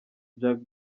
jack